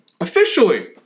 Officially